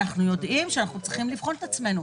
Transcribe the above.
אנחנו יודעים שאנחנו צריכים לבחון את עצמנו.